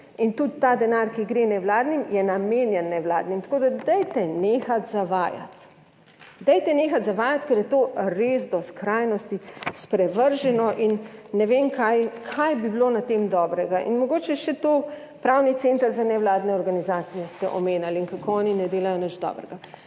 in tudi ta denar, ki gre nevladnim, je namenjen nevladnim. Tako, da dajte nehati zavajati, dajte nehati zavajati, ker je to res do skrajnosti sprevrženo in ne vem kaj, kaj bi bilo na tem dobrega. In mogoče še to, Pravni center za nevladne organizacije ste omenjali in kako oni ne delajo nič dobrega.